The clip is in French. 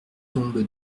tombe